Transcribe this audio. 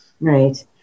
Right